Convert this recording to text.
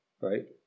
right